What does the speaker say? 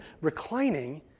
reclining